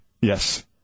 Yes